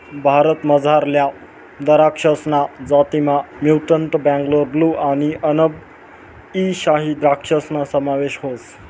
भारतमझारल्या दराक्षसना जातीसमा म्युटंट बेंगलोर ब्लू आणि अनब ई शाही द्रक्षासना समावेश व्हस